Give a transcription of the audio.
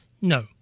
No